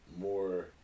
more